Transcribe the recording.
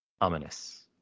Ominous